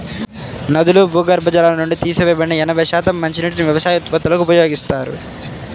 నదులు, భూగర్భ జలాల నుండి తీసివేయబడిన ఎనభై శాతం మంచినీటిని వ్యవసాయ ఉత్పత్తులకు ఉపయోగిస్తారు